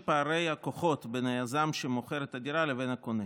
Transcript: פערי הכוחות בין היזם שמוכר את הדירה לבין הקונה.